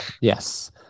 Yes